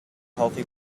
healthy